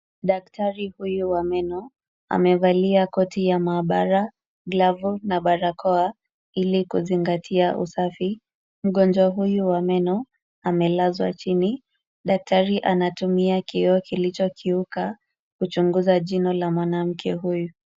Daktari huyu wa meno amevalia koti ya maabara, glavu na barakoa ili kuzingatia usafi. Mgonjwa huyu wa meno amelazwa chini. Daktari anatumia kioo kilichokiuka kuchunguza jino la mwanamke huyu.